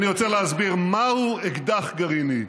אני רוצה להסביר מהו אקדח גרעיני.